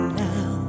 now